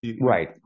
right